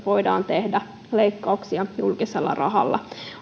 voidaan tehdä leikkauksia julkisella rahalla